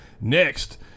Next